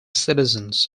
citizens